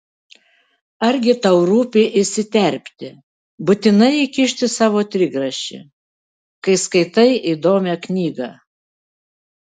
argi tau rūpi įsiterpti būtinai įkišti savo trigrašį kai skaitai įdomią knygą